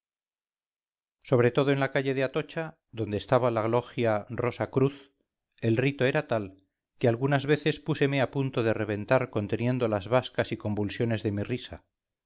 sobre todo en la calle de atocha donde estaba la logia rosa cruz el rito era tal que algunas veces púseme a punto de reventar conteniendo las bascas y convulsiones de mirisa